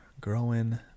Growing